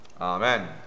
Amen